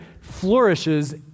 flourishes